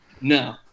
No